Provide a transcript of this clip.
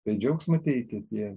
tai džiaugsmo teikia tie